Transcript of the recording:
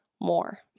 more